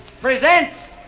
presents